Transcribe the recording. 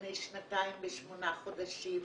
בני שנתיים ושמונה חודשים,